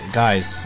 guys